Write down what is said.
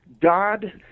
God